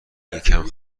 یکم